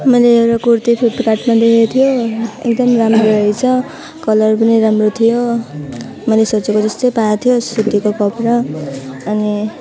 मैले एउटा कुर्ती फ्लिपकार्टमा देखेको थियो एकदमै राम्रो रहेछ कलर पनि राम्रो थियो मैले सोचेको जस्तै पाएको थियो सुतीको कपडा अनि